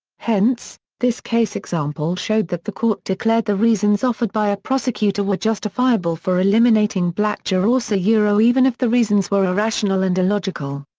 hence, this case example showed that the court declared the reasons offered by a prosecutor were justifiable for eliminating black jurors yeah even if the reasons were irrational and illogical.